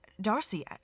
Darcy